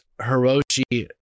Hiroshi